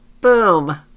Boom